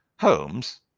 Holmes